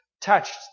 Touched